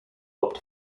opt